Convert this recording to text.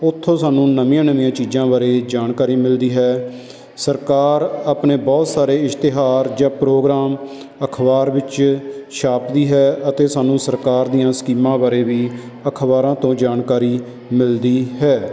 ਉੱਥੋਂ ਸਾਨੂੰ ਨਵੀਆਂ ਨਵੀਆਂ ਚੀਜ਼ਾਂ ਬਾਰੇ ਜਾਣਕਾਰੀ ਮਿਲਦੀ ਹੈ ਸਰਕਾਰ ਆਪਣੇ ਬਹੁਤ ਸਾਰੇ ਇਸ਼ਤਿਹਾਰ ਜਾਂ ਪ੍ਰੋਗਰਾਮ ਅਖਬਾਰ ਵਿੱਚ ਛਾਪਦੀ ਹੈ ਅਤੇ ਸਾਨੂੰ ਸਰਕਾਰ ਦੀਆਂ ਸਕੀਮਾਂ ਬਾਰੇ ਵੀ ਅਖਬਾਰਾਂ ਤੋਂ ਜਾਣਕਾਰੀ ਮਿਲਦੀ ਹੈ